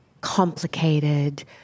complicated